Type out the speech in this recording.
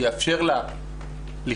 שיאפשר לה לחיות,